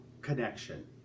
connection